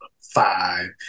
five